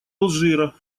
алжира